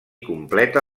completa